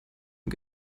und